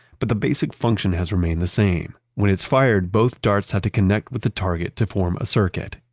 but the basic function has remained the same. when it's fired, both darts have to connect with the target to form a circuit.